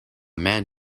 man